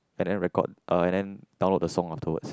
and then record uh and then download the song on towards